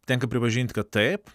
tenka pripažinti kad taip